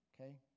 Okay